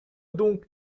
donc